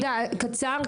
קצר,